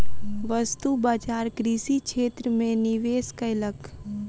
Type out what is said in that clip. वस्तु बजार कृषि क्षेत्र में निवेश कयलक